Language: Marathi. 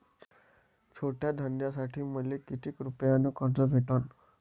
छोट्या धंद्यासाठी मले कितीक रुपयानं कर्ज भेटन?